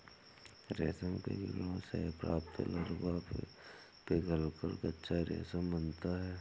रेशम के कीड़ों से प्राप्त लार्वा पिघलकर कच्चा रेशम बनाता है